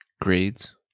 Grades